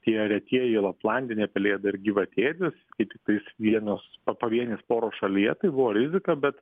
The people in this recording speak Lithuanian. tie retieji laplandinė pelėda ir gyvatėdis jie tiktais vienos pa pavienės poros šalyje tai buvo rizika bet